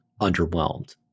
underwhelmed